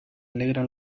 alegra